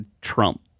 Trump